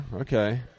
okay